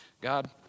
God